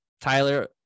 tyler